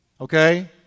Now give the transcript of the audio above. okay